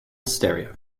stereo